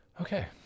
Okay